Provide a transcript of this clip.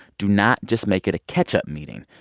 do not just make it a catch-up meeting.